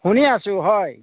শুনি আছোঁ হয়